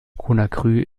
conakry